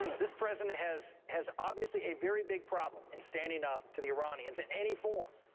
this president has has obviously a very big problem in standing up to the iranians in any form.